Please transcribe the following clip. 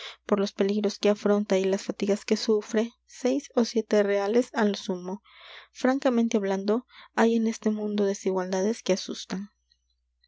por los peligros que afronta y las fatigas que sufre seis ó siete reales á lo sumo francamente hablando hay en este mundo desigualdades que asustan